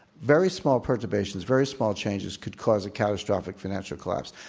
very small preservations, very small changes could cause a catastrophic financial collapse.